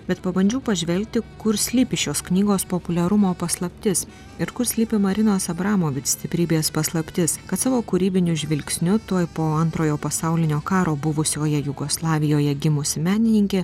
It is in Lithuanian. bet pabandžiau pažvelgti kur slypi šios knygos populiarumo paslaptis ir kur slypi marinos abramovic stiprybės paslaptis kad savo kūrybiniu žvilgsniu tuoj po antrojo pasaulinio karo buvusioje jugoslavijoje gimusi menininkė